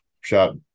shot